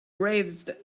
braced